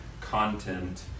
content